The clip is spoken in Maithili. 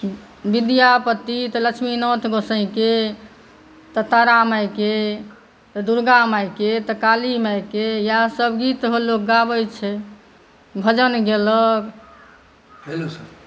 विद्यापति तऽ लक्ष्मीनाथ गोसाईकेँ तऽ तारामाईकेँ तऽ दुर्गा माईकेँ तऽ कालीमाइकेँ इएह सभ गीत लोक गाबै छै भजन गेलक